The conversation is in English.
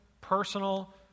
personal